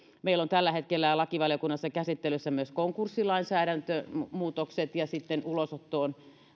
meillä on tällä hetkellä lakivaliokunnassa käsittelyssä myös konkurssilainsäädäntömuutokset ja sitten ulosottoon